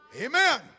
Amen